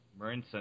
Marinson